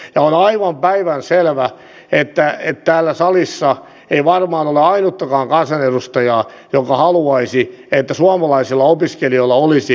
ja on aivan päivänselvää että täällä salissa ei varmaan ole ainuttakaan kansanedustajaa joka haluaisi että suomalaisilla opiskelijoilla olisi lukukausimaksut